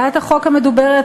הצעת החוק המדוברת,